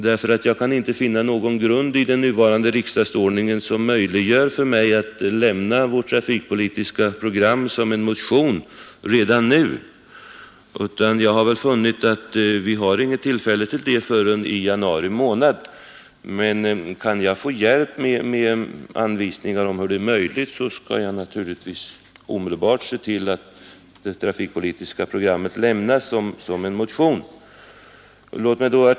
Jag kan nämligen inte finna någonting i den nuvarande riksdagsordningen som möjliggör för centerpartiet att lämna vårt trafikpolitiska program som en motion redan nu. Jag har funnit att vi inte har något tillfälle till det förrän i januari månad. Kan jag få hjälp med anvisningar om hur det är möjligt skall jag naturligtvis omedelbart se till att vårt trafikpolitiska program lämnas som en motion.